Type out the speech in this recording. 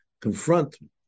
confront